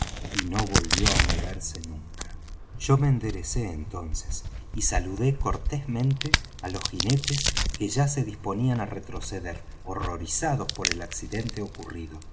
y no volvió á moverse nunca yo me enderecé entonces y saludé cortésmente á los ginetes que ya se disponían á retroceder horrorizados por el accidente ocurrido